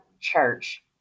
Church